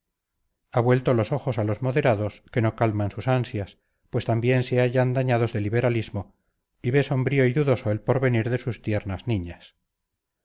ha vuelto los ojos a los moderados que no calman sus ansias pues también se hallan dañados de liberalismo y ve sombrío y dudoso el porvenir de sus tiernas niñas